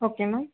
okay ma'am